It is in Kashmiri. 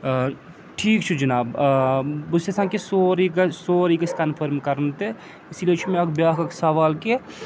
ٹھیٖک چھُ جِناب بہٕ چھُس یژھان کہِ سورُے گژھِ سورُے گَژھِ کَنفٲرٕم کَرُن تہِ اِسی لیے چھُ مےٚ اَکھ بیٛاکھ اَکھ سوال کہِ